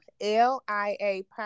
l-i-a